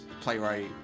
playwright